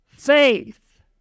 Faith